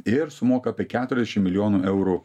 ir sumoka apie keturešim milijonų eurų